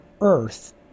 earth